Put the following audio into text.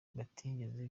batigeze